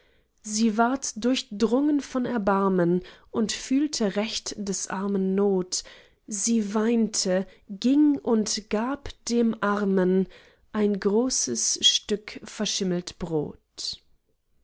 sie ward durchdrungen von erbarmen und fühlte recht des armen not sie weinte ging und gab dem armen ein großes stück verschimmelt brot